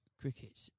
cricket